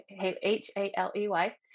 H-A-L-E-Y